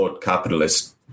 capitalist